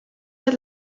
der